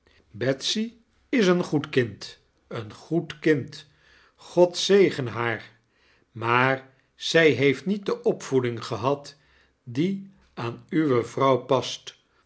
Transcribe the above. betsy is een goed kind een goed kind god zegene haar maar zij heeft niet de opvoeding gehad die aan uwe vrouw past